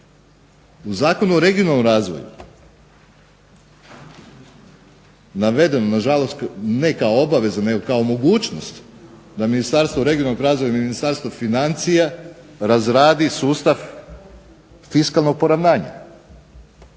U Zakonu o regionalnom razvoju navedeno je nažalost ne kao obaveza nego kao mogućnost da Ministarstvo regionalnog razvoja i Ministarstvo financija razradi sustav fiskalnog poravnanja.